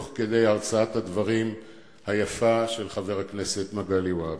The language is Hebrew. תוך כדי הרצאת הדברים היפה של חבר הכנסת מגלי והבה.